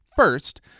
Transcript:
First